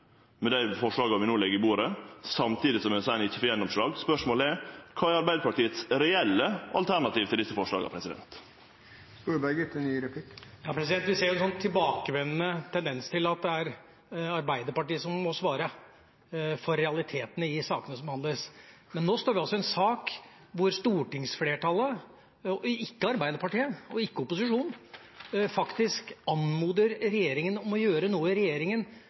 med dei forslaga vi no legg på bordet, samtidig som ein seier at ein ikkje får gjennomslag: Kva er Arbeidarpartiets reelle alternativ til desse forslaga? Vi ser en tilbakevendende tendens til at det er Arbeiderpartiet som må svare for realitetene i sakene som behandles. Men nå har vi altså en sak hvor stortingsflertallet – ikke Arbeiderpartiet, ikke opposisjonen – faktisk anmoder regjeringen om å gjøre noe regjeringen